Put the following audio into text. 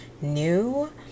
new